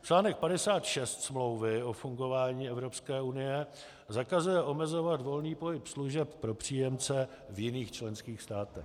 Článek 56 Smlouvy o fungování Evropské unie zakazuje omezovat volný pohyb služeb pro příjemce v jiných členských státech.